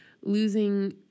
losing